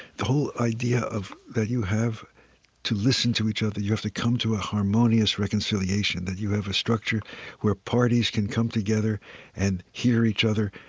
the whole idea that you have to listen to each other, you have to come to a harmonious reconciliation, that you have a structure where parties can come together and hear each other,